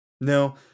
No